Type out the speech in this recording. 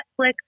Netflix